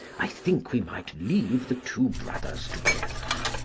i think we might leave the two brothers together.